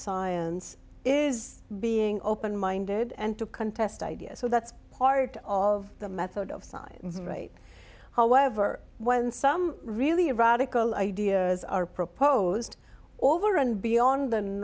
science is being open minded and to contest ideas so that's part of the method of side is right however when some really radical ideas are proposed or over and beyond th